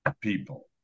people